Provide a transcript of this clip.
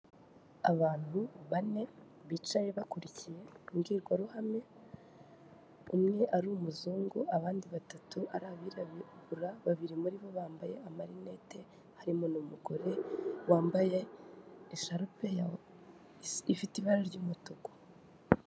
Abantu bane bicaye bakurikiye imbwirwaruhame, umwe n’umuzungu, abandi batatu n’abirabibura, babiri muri bo bambaye amarinete, harimo n’umugore wambaye isharupe ifite ibara ry’umutuku.